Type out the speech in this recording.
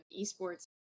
esports